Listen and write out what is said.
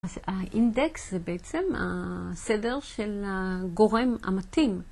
האינדקס זה בעצם הסדר של הגורם המתאים.